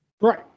Right